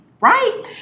right